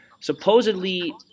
supposedly